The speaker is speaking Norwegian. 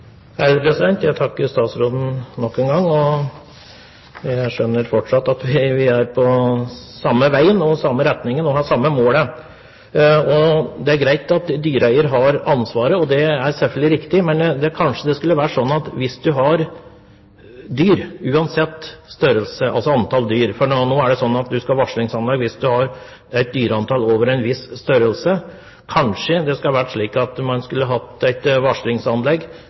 seg selv. Jeg takker statsråden nok en gang, og jeg skjønner fortsatt at vi går i samme retning og har det samme målet. Det er greit at dyreeier har ansvaret, og det er selvfølgelig riktig. Men kanskje det skulle ha vært slik at hvis man har dyr, uansett antall dyr – nå er det slik at man skal ha varslingsanlegg hvis man har over et visst antall dyr – så skulle man generelt ha et varslingsanlegg